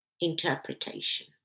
interpretation